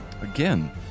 again